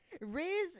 riz